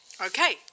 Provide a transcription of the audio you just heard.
Okay